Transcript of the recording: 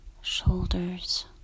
shoulders